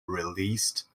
released